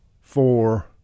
four